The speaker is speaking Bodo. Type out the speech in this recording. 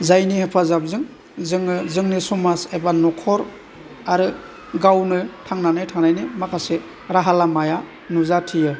जायनि हेफाजाबजों जोङो जोंनि समाज एबा न'खर आरो गावनो थांनानै थानायनि माखासे राहा लामाया नुजाथियो